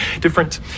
different